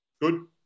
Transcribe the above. Good